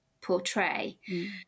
portray